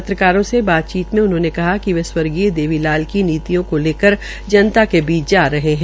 पत्रकारों से बातचीत में उन्होंने कहा कि वे स्वर्गीय देवी लाल की नीतियों को लेकर जनता के बीच जा रहे है